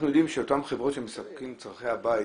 אנחנו יודעים שאותן חברות שמספקות את צורכי הבית,